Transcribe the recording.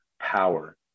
power